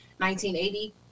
1980